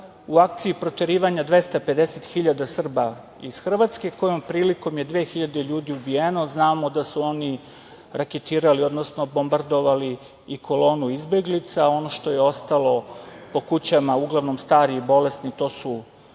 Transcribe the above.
u akciji proterivanja 250.000 Srba iz Hrvatske kojom prilikom je 2.000 ljudi ubijeno. Znamo da su oni raketirali, odnosno bombardovali i kolonu izbeglica. Ono što je ostalo po kućama, uglavnom stari bolesni, to su